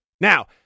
Now